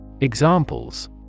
Examples